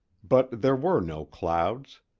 but there were no clouds.